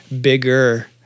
bigger